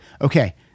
Okay